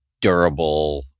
durable